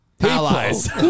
allies